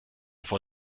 vor